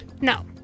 No